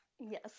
Yes